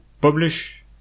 publish